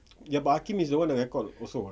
ya but hakim is the one that record also